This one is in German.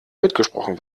mitgesprochen